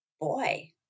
boy